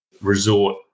resort